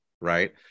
right